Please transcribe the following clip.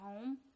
home